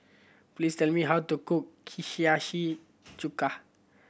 please tell me how to cook Hiyashi Chuka